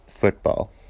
Football